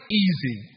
easy